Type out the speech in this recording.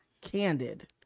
candid